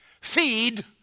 feed